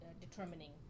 determining